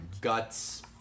guts